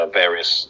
various